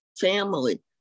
family